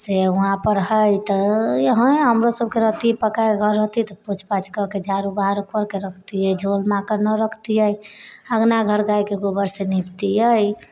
से वहाँपर हइ तऽ हइ हमरो सबके रहती पक्का घर रहती तऽ पोछ पाछ कऽ कऽ झाड़ू बहारू कऽ कऽ रखतिए झोल माकड़ नहि रखतिए अँगना घर गाइके गोबरसँ निपतिए